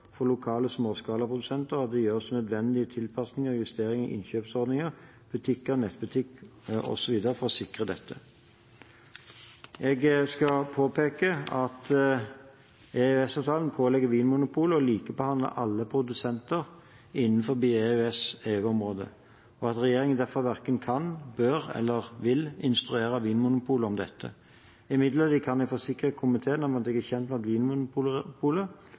fra lokale småskalaprodusenter og at det gjøres nødvendige tilpasninger og justeringer i innkjøpsordninger, butikker og nettbutikk for å sikre dette.» Jeg skal påpeke at EØS-avtalen pålegger Vinmonopolet å likebehandle alle produsenter innenfor EØS- og EU-området, og at regjeringen derfor verken kan, bør eller vil instruere Vinmonopolet om dette. Imidlertid kan jeg forsikre komiteen om at jeg er kjent med